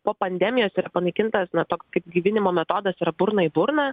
po pandemijos yra panaikintas na toks kaip gaivinimo metodas yra burna į burną